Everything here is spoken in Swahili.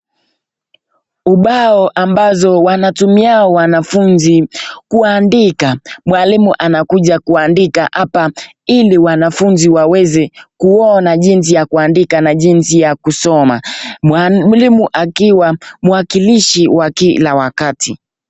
Ubao ambazo wanatumia wanafunzi kuandika. Mwalimu anaweza kuandika hapa ili wanafunzi waweze kuona jinsi ya kuandika na jinsi ya kusoma mwalimu akiwa mwakilishi wa kila wakati.